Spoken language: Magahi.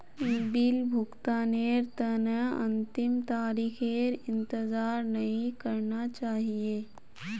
बिल भुगतानेर तने अंतिम तारीखेर इंतजार नइ करना चाहिए